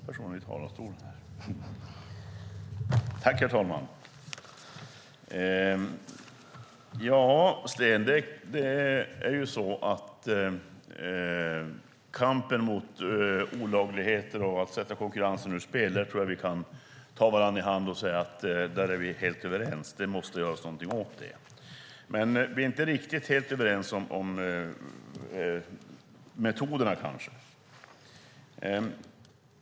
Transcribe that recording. Herr talman! Beträffande kampen mot olagligheter och att sätta konkurrensen ur spel tror jag, Sten Bergheden, att vi kan ta varandra i hand och säga att vi är helt överens - det måste göras något åt det. Men vi är inte riktigt överens om metoderna.